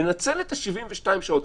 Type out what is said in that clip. לנצל את ה-72 שעות.